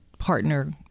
partner